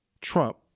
Trump